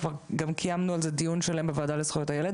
גם קיימנו על זה דיון שלהם בוועדה לזכויות הילד